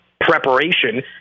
preparation